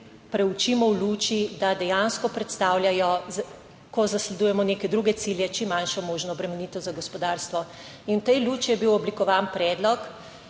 preučimo v luči, da dejansko predstavljajo, ko zasledujemo neke druge cilje, čim manjšo možno obremenitev za gospodarstvo. In v tej luči je bil oblikovan predlog,